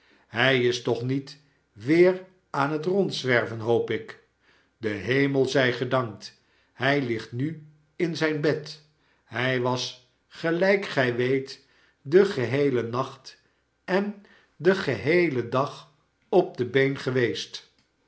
hij is toch niet weer aan het rondzwerven hoop ik de hemel zij gedankt hij ligt nu in zijn bed hij was gelijk gij weet den geheelen nacht en den geheelen dag op de been geweest